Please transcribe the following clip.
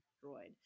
destroyed